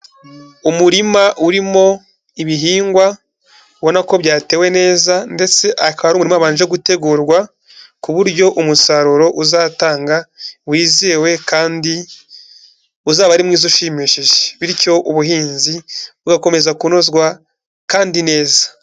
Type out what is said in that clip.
Umurima urimo ibihingwa ubona ko byatewe neza ndetse akaba ari umurima wabanje gutegurwa ku buryo umusaruro uzatanga wizewe kandi uzaba ari mwiza ushimishije, bityo ubuhinzi bugakomeza kunozwa kandi neza.